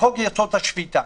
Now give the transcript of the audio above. בחוק יסוד: השפיטה.